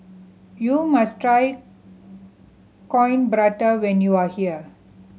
you must try Coin Prata when you are here